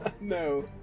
no